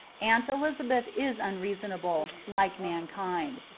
aunt elizabeth is unreasonable, like mankind.